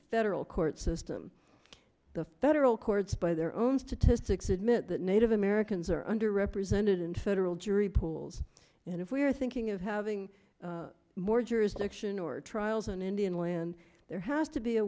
federal court system the federal courts by their own statistics admit that native americans are under represented in federal jury pools and if we are thinking of having more jurisdiction or trials in indian land there has to be a